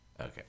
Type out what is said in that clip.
Okay